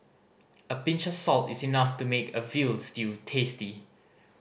a pinch of salt is enough to make a veal stew tasty